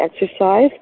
exercise